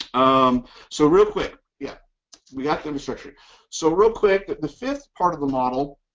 um so real quick yeah we got the new structure so real quick that the fifth part of the model